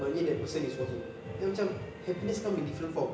maknanya that person is for him then macam happiness comes in different form